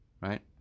right